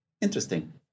interesting